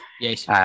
Yes